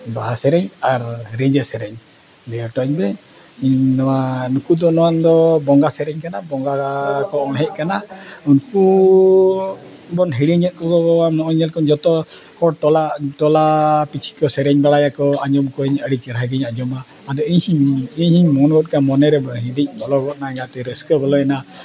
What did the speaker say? ᱵᱟᱦᱟ ᱥᱮᱨᱮᱧ ᱟᱨ ᱨᱤᱸᱡᱷᱟᱹ ᱥᱮᱨᱮᱧ ᱞᱟᱹᱭ ᱦᱚᱴᱚᱣᱟᱹᱧ ᱵᱤᱱ ᱤᱧ ᱱᱚᱣᱟ ᱱᱩᱠᱩ ᱫᱚ ᱱᱚᱣᱟ ᱫᱚ ᱵᱚᱸᱜᱟ ᱥᱮᱨᱮᱧ ᱠᱟᱱᱟ ᱵᱚᱸᱜᱟ ᱠᱚ ᱚᱬᱦᱮᱜ ᱠᱟᱱᱟ ᱩᱱᱠᱩ ᱵᱚᱱ ᱦᱤᱲᱤᱧᱮᱫ ᱠᱚᱫᱚ ᱵᱟᱵᱟ ᱱᱚᱜᱼᱚᱭ ᱧᱮᱞ ᱠᱚᱢ ᱡᱷᱚᱛᱚ ᱦᱚᱲ ᱴᱚᱞᱟ ᱴᱚᱞᱟ ᱯᱤᱪᱷᱩ ᱠᱚ ᱥᱮᱨᱮᱧ ᱵᱟᱲᱟᱭᱟᱠᱚ ᱟᱸᱡᱚᱢ ᱠᱚᱣᱟᱧ ᱟᱹᱰᱤ ᱪᱮᱦᱨᱟ ᱜᱤᱧ ᱟᱸᱡᱚᱢᱟ ᱟᱫᱚ ᱤᱧ ᱦᱚᱧ ᱢᱚᱱ ᱜᱚᱫ ᱠᱟᱜᱼᱟ ᱢᱚᱱᱮᱨᱮ ᱦᱤᱸᱫᱤᱧ ᱵᱚᱞᱚ ᱜᱚᱫ ᱮᱱᱟ ᱡᱟᱦᱟᱸ ᱛᱤᱨᱮ ᱨᱟᱹᱥᱠᱟᱹ ᱵᱚᱞᱚᱭᱮᱱᱟ